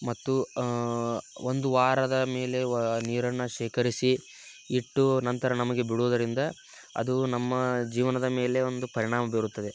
ಮತ್ತು ಒಂದು ವಾರದ ಮೇಲೆ ನೀರನ್ನು ಶೇಖರಿಸಿ ಇಟ್ಟು ನಂತರ ನಮಗೆ ಬಿಡೋದರಿಂದ ಅದು ನಮ್ಮ ಜೀವನದ ಮೇಲೆ ಒಂದು ಪರಿಣಾಮ ಬೀರುತ್ತದೆ